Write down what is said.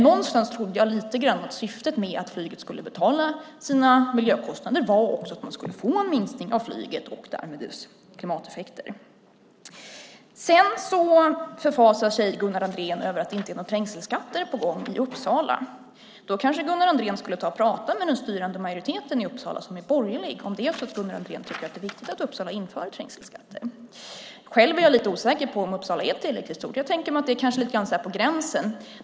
Någonstans trodde jag att syftet med att flyget skulle betala sina miljökostnader också var att man skulle få en minskning av flyget och därmed klimateffekterna. Sedan förfasar sig Gunnar Andrén över att det inte är några trängselskatter på gång i Uppsala. Om Gunnar Andrén tycker att det är viktigt att Uppsala inför trängselskatter skulle han kanske prata med den styrande majoriteten i Uppsala som är borgerlig. Själv är jag lite osäker på om Uppsala är tillräckligt stort. Det kanske är lite grann på gränsen.